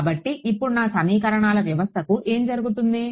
కాబట్టి ఇప్పుడు నా సమీకరణాల వ్యవస్థకు ఏమి జరుగుతుంది